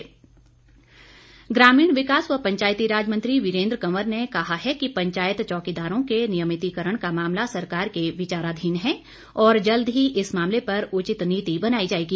वीरेन्द्र कंवर ग्रामीण विकास व पंचायतीराज मंत्री वीरेन्द्र कंवर ने कहा है कि पंचायत चौकीदारों के नियमितिकरण का मामला सरकार के विचाराधीन है और जल्द ही इस मामले पर उचित नीति बनाई जाएगी